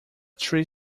three